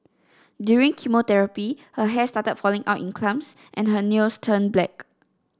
during chemotherapy her hair started falling out in clumps and her nails turned black